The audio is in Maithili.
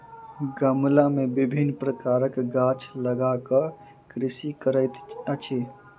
गमला मे विभिन्न प्रकारक गाछ लगा क कृषि करैत अछि